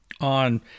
on